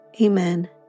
Amen